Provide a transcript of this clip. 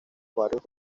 barrios